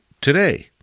today